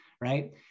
right